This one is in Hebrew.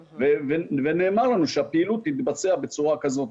ונאמר לנו שהפעילות תתבצע בצורה כזאת,